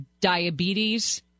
diabetes